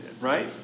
right